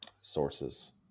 Sources